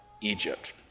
Egypt